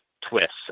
twists